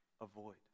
Avoid